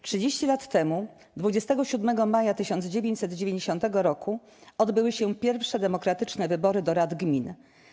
30 lat temu, 27 maja 1990 roku, odbyły się pierwsze demokratyczne wybory do rad gmin.